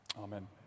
Amen